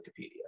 Wikipedia